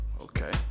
Okay